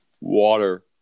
Water